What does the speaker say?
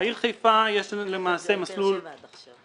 בעיר חיפה יש למעשה מסלול --- הוא דיבר על באר שבע עד עכשיו.